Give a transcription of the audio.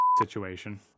situation